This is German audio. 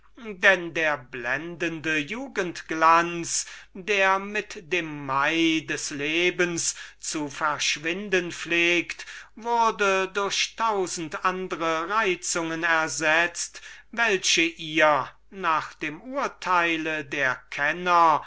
und der blendende jugendglanz der mit dem mai des lebens zu verschwinden pflegt wurde durch tausend andre reizungen ersetzt welche ihr nach dem urteil der kenner